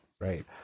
Right